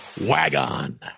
Wagon